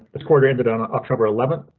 it's quarter ended on october eleventh,